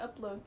upload